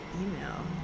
email